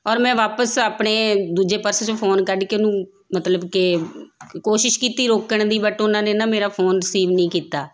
ਔਰ ਮੈਂ ਵਾਪਸ ਆਪਣੇ ਦੂਜੇ ਪਰਸ 'ਚੋਂ ਫੋਨ ਕੱਢ ਕੇ ਉਹਨੂੰ ਮਤਲਬ ਕਿ ਕੋਸ਼ਿਸ਼ ਕੀਤੀ ਰੋਕਣ ਦੀ ਬਟ ਉਹਨਾਂ ਨੇ ਨਾ ਮੇਰਾ ਫੋਨ ਰਸੀਵ ਨਹੀਂ ਕੀਤਾ